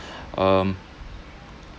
um